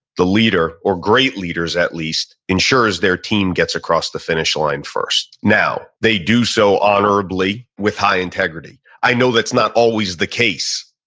the leader, or great leaders at least, ensures their team gets across the finish line first. now, they do so honorably with high integrity. i know that's not always the case.